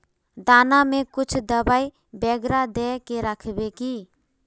दाना में कुछ दबाई बेगरा दय के राखबे की?